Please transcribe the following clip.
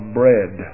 bread